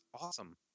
awesome